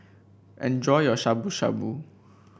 enjoy your Shabu Shabu